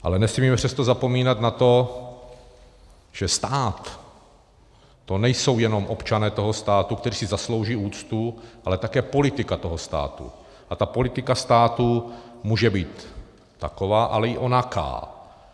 Ale nesmíme přesto zapomínat na to, že stát, to nejsou jenom občané toho státu, kteří si zaslouží úctu, ale také politika toho státu, a ta politika státu může být taková, ale i onaká.